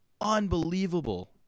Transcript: unbelievable